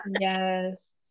Yes